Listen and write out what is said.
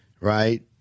right